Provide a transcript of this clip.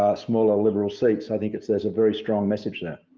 ah small l liberal seats, i think it says a very strong message there.